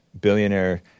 Billionaire